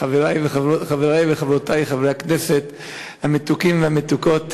חברי וחברותי חברי הכנסת המתוקים והמתוקות,